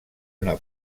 una